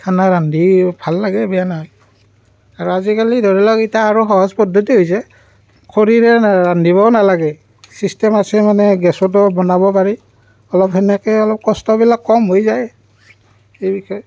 খানা ৰান্ধি ভাল লাগে বেয়া নহয় আৰু আজিকালি ধৰি লওক এতিয়া সহজ পদ্ধতি হৈছে খৰিৰে ৰান্ধিবও নেলাগে ছিষ্টেম আছে মানে গেছটো বনাব পাৰি অলপ সেনেকৈ অলপ কষ্টবিলাক কম হৈ যায়